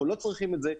אנחנו לא צריכים את זה,